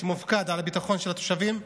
שמופקד על הביטחון של התושבים,